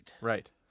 Right